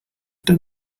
done